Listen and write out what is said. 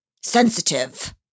sensitive